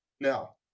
Now